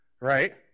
right